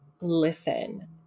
listen